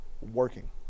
working